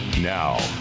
Now